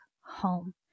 home